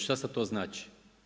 Šta sada to znači?